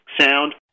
sound